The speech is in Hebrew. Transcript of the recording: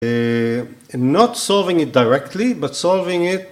לא לפתור את זה ישירות, אבל לפתור את זה